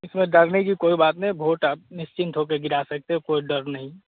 इसमें डरने की कोई बात नहीं है भोट आप निश्चिंत होकर गिरा सकते हैं कोई डर नहीं